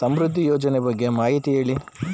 ಸಮೃದ್ಧಿ ಯೋಜನೆ ಬಗ್ಗೆ ಮಾಹಿತಿ ಹೇಳಿ?